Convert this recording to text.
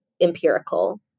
empirical